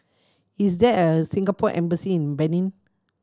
is there a Singapore Embassy in Benin